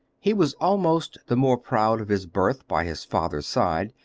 he was almost the more proud of his birth by his father's side,